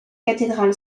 cathédrale